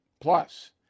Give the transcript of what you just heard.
plus